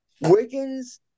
wiggins